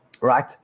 right